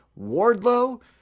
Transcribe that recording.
Wardlow